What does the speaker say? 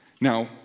Now